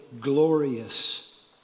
glorious